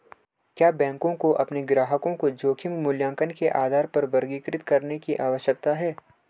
क्या बैंकों को अपने ग्राहकों को जोखिम मूल्यांकन के आधार पर वर्गीकृत करने की आवश्यकता है?